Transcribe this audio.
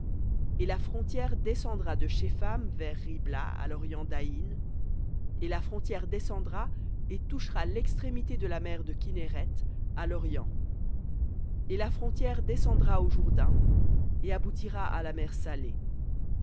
et la frontière descendra de shepham vers ribla à l'orient d'aïn et la frontière descendra et touchera l'extrémité de la mer de kinnéreth à lorient et la frontière descendra au jourdain et aboutira à la mer salée